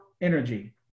energy